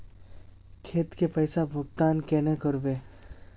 खेत के पैसा भुगतान केना करबे?